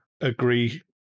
agree